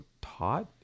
taught